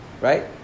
Right